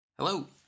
Hello